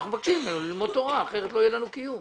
אנחנו מבקשים ממנו ללמוד תורה כי אחרת לא יהיה לנו קיום.